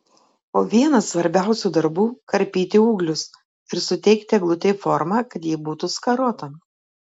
o vienas svarbiausių darbų karpyti ūglius ir suteikti eglutei formą kad ji būtų skarota